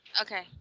Okay